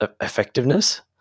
effectiveness